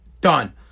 done